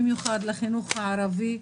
במיוחד לחינוך הערבי,